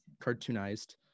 cartoonized